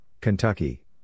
Kentucky